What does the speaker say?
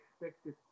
expected